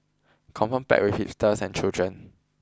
confirm packed with hipsters and children